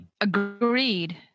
Agreed